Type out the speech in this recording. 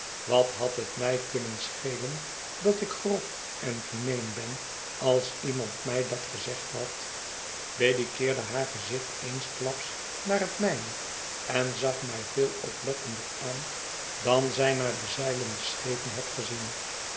wat had het mij kunnen schelen dat ik grof en gemeen ben als niemand mij dat gezegd had biddy keerde haar gezicht eensklaps naar het mijne en zag mij veel opiettender aan dan zij naar de zeiiende schepen had gezien